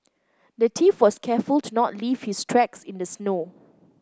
the thief was careful to not leave his tracks in the snow